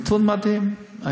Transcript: נתון מדהים,